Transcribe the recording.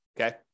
okay